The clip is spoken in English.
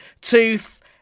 Tooth